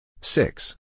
Six